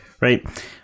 right